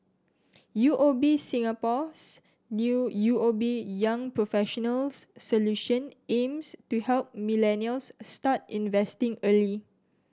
U O B Singapore's new U O B Young Professionals Solution aims to help millennials start investing early